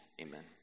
amen